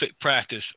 practice